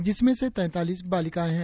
जिसमें से तैतालीस बालिकाएं हैं